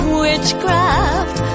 witchcraft